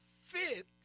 fit